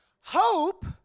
hope